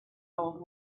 old